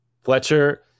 Fletcher